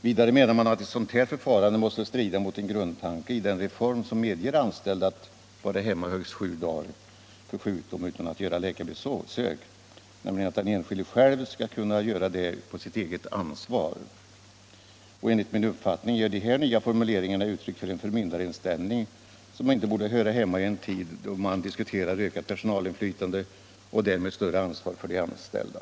Vidare menar man att ett sådant här förfarande måste strida mot en grundtanke i den reform som medger anställd att vara hemma i högst sju dagar för sjukdom utan att besöka läkare - att den enskilde själv skall kunna ta detta på sitt eget ansvar. Enligt min uppfattning ger de nya formuleringarna uttryck för en för Nr 109 myndarinställning som inte borde höra hemma i en tid då man diskuterar Fredagen den ökat personalinflytande och därmed större ansvar för de anställda.